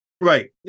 right